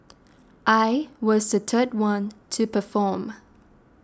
I was the third one to perform